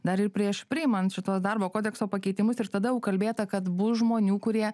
dar ir prieš priimant šituos darbo kodekso pakeitimus ir tada jau kalbėta kad bus žmonių kurie